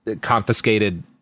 confiscated